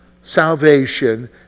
salvation